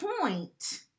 point